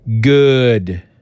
good